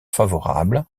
favorable